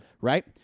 Right